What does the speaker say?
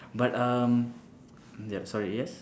but um sorry yes